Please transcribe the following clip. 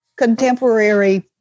contemporary